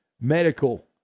medical